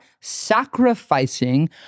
sacrificing